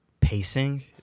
pacing